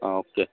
অঁ অ'কে